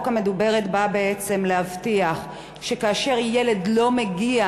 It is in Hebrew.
המדוברת באה להבטיח שכאשר ילד לא מגיע,